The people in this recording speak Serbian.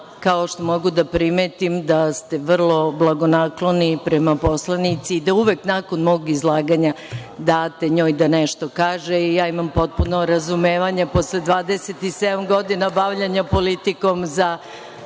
Kao što mogu da primetim, da ste vrlo blagonakloni prema poslanici, da uvek nakon mog izlaganja date njoj da nešto da kaže, i ja imam potpuno razumevanje, posle 27 godina bavljenja politikom, za